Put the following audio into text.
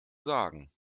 sagen